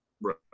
Right